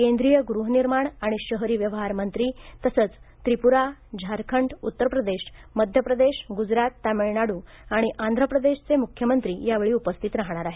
केंद्रिय गृहनिर्माण आणि शहरी व्यवहार मंत्री तसंच त्रिपुरा झारखंड उत्तर प्रदेश मध्य प्रदेश गुजरात तामिळनाडू आणि आँध्र प्रदेशचे मुख्यमंत्री यावेळी उपस्थित राहणार आहेत